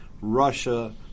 Russia